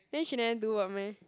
then she never do work meh